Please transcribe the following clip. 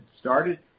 started